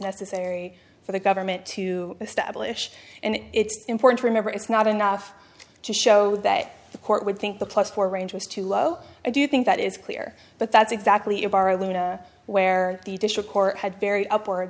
necessary for the government to establish and it's important to remember it's not enough to show that the court would think the plus four range was too low i do think that is clear but that's exactly a bar luna where the district court had very upward